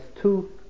two